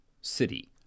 city